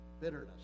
bitterness